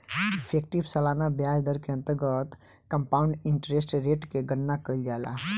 effective सालाना ब्याज दर के अंतर्गत कंपाउंड इंटरेस्ट रेट के गणना कईल जाला